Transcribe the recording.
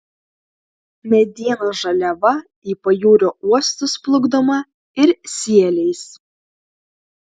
medienos žaliava į pajūrio uostus plukdoma ir sieliais